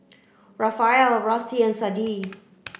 Rafael Rusty and Sadie